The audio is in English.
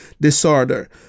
disorder